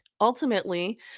ultimately